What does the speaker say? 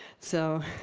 so